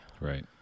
right